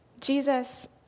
Jesus